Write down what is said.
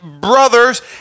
brothers